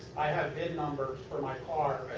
i have vin numbers for my car.